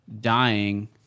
dying